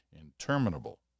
interminable